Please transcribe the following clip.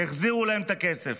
החזירו להם את הכסף.